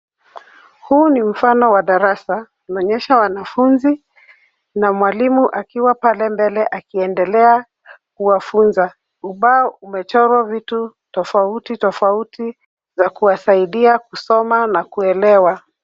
Huu ni mfano wa darasa. Linaonyesha wanafunzi na mwalimu akiwa pale mbele akiendelea kuwafunza. Ubao umechorwa vitu tofauti tofauti za kuwasaidia kusoma na kuelewa.